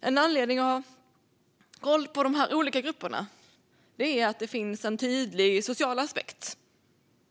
En anledning att ha koll på de olika grupperna är att det finns en tydlig social aspekt.